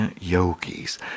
yogis